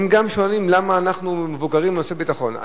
גם הם שואלים: למה אנחנו מבוקרים בנושא ביטחון?